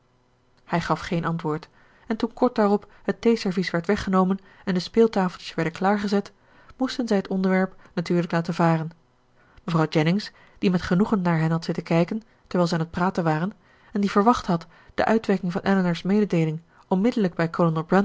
hij gaf geen antwoord en toen kort daarop het theeservies werd weggenomen en de speeltafeltjes werden klaargezet moesten zij het onderwerp natuurlijk laten varen mevrouw jennings die met genoegen naar hen had zitten kijken terwijl zij aan het praten waren en die verwacht had de uitwerking van elinor's mededeeling onmiddellijk bij